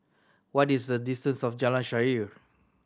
what is the distance to Jalan Shaer